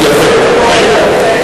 יפה.